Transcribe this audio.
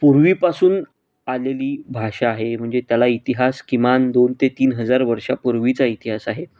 पूर्वीपासून आलेली भाषा आहे म्हणजे त्याला इतिहास किमान दोन ते तीन हजार वर्षापूर्वीचा इतिहास आहे